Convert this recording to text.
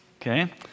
Okay